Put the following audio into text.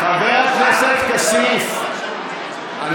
חבר הכנסת כסיף, שב, בבקשה.